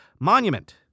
monument